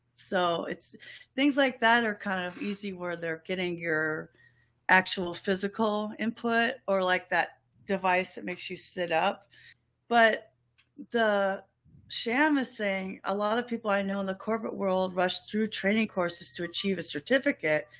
so it's things like that are kind of easy, where they're getting your actual physical input or like that device that makes you sit up. bridget willard but the sham is saying a lot of people i know in the corporate world rushed through training courses to achieve a certificate,